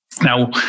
Now